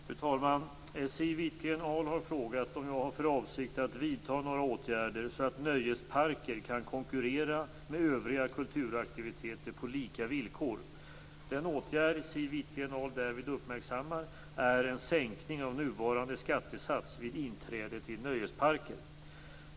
Fru talman! Siw Wittgren-Ahl har frågat om jag har för avsikt att vidta några åtgärder så att nöjesparker kan konkurrera med övriga kulturaktiviteter på lika villkor. Den åtgärd Siw Wittgren-Ahl därvid uppmärksammar är en sänkning av nuvarande skattesats vid inträde till nöjesparker.